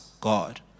God